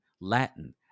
Latin